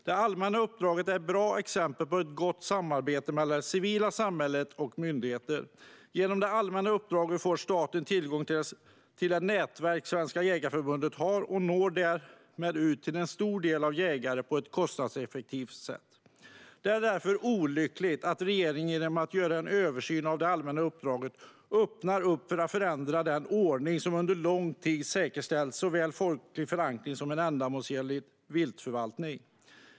Det allmänna uppdraget är ett bra exempel på ett gott samarbete mellan det civila samhället och myndigheter. Genom det allmänna uppdraget får staten tillgång till det nätverk som Svenska Jägareförbundet har och når därmed ut till en stor del jägare på ett kostnadseffektivt sätt. Det är därför olyckligt att regeringen genom att göra en översyn av det allmänna uppdraget öppnar upp för att förändra den ordning som under lång tid säkerställt såväl folklig förankring som en ändamålsenlig viltförvaltning.